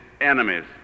enemies